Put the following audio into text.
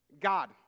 God